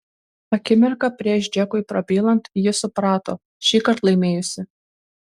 akimirką prieš džekui prabylant ji suprato šįkart laimėjusi